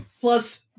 plus